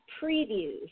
previews